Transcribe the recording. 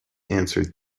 answered